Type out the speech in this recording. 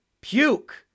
Puke